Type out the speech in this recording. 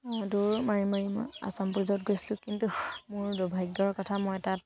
দৌৰ মাৰি মাৰি মই আচাম পুলিচত গৈছিলোঁ কিন্তু মোৰ দুৰ্ভাগ্যৰ কথা মই তাত